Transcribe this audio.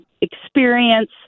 experience